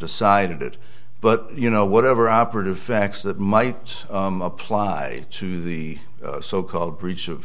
decided it but you know whatever operative facts that might apply to the so called breach of